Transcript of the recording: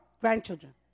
grandchildren